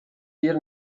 گیر